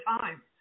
time